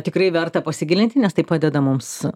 tikrai verta pasigilinti nes tai padeda mums